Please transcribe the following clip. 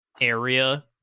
area